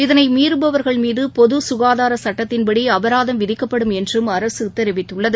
இதனை மீறுபவர்கள் மீது பொது சுகாதார சட்டத்தின்படி அபராதம் விதிக்கப்படும் என்றும் அரசு தெரிவித்துள்ளது